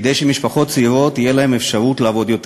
כדי שמשפחות צעירות תהיה להן אפשרות לעבוד יותר.